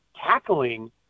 tackling